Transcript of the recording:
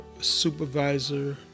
supervisor